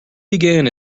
began